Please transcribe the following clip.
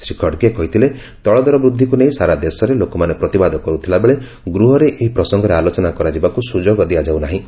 ଶ୍ରୀ ଖଡ୍ଗେ କହିଥିଲେ ତୈଳଦର ବୃଦ୍ଧିକୁ ନେଇ ସାରା ଦେଶରେ ଲୋକମାନେ ପ୍ରତିବାଦ କରୁଥିଲାବେଳେ ଗୃହରେ ଏହି ପ୍ରସଙ୍ଗରେ ଆଲୋଚନା କରାଯିବାକୁ ସୁଯୋଗ ଦିଆଯାଉ ନାହିଁ